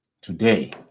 today